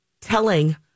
telling